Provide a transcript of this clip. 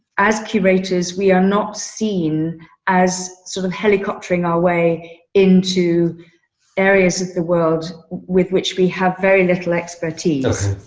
as curators, we are not seen as sort of helicoptering our way into areas of the world with which we have very little expertise. you